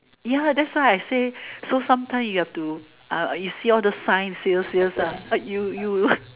ya that's why I say so sometime you have to eh you see all the signs sales sales ah you you